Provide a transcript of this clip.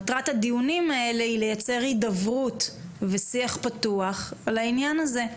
מטרת הדיונים האלה היא לייצר הידברות ושיח פתוח על העניין הזה.